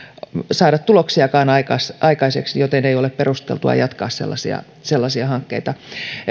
saada tuloksiakaan aikaiseksi aikaiseksi joten ei ole perusteltua jatkaa sellaisia sellaisia hankkeita